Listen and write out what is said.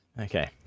Okay